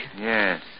Yes